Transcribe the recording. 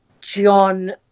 John